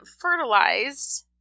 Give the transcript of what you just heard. fertilized